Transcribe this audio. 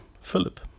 Philip